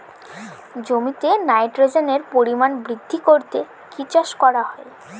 জমিতে নাইট্রোজেনের পরিমাণ বৃদ্ধি করতে কি চাষ করা হয়?